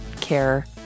care